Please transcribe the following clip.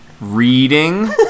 reading